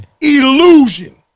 Illusion